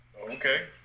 Okay